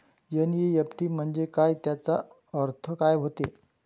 NEFT म्हंजे काय, त्याचा अर्थ काय होते?